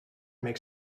makes